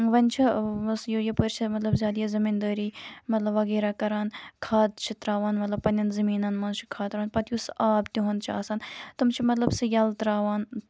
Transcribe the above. وۄنۍ چھِ یُس یہِ یَپٲرۍ چھےٚ مطلب زیادٕ یہِ زٔمیٖن دٲری مطلب وغیرہ کَران کھاد چھِ تراوان مطلب پَننٮ۪ن زٔمیٖنَن مَنز چھِ کھاد تراوان پَتہٕ یُس آب تِہُند چھُ آسان تِم چھِ مطلب سُہ یَلہٕ تراوان